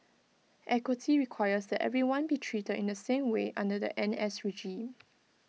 equity requires that everyone be treated in the same way under the N S regime